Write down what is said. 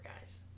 guys